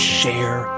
share